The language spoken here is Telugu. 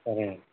సరేనండి